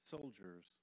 soldiers